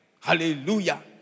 Hallelujah